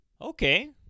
Okay